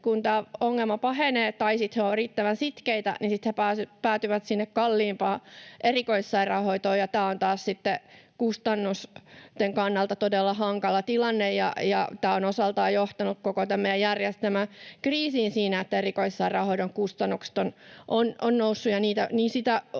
tämä ongelma pahenee tai he ovat riittävän sitkeitä. Ja tämä on taas sitten kustannusten kannalta todella hankala tilanne, ja tämä on osaltaan johtanut koko tämän meidän järjestelmän kriisiin siinä, että erikoissairaanhoidon kustannukset ovat nousseet.